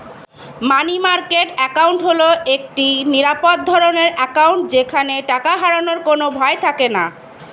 মানি market account হল একটি নিরাপদ ধরনের অ্যাকাউন্ট যেখানে টাকা হারানোর কোনো ভয় থাকেনা